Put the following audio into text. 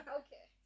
okay